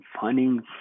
finding